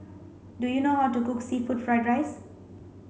do you know how to cook seafood fried rice